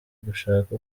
gushaka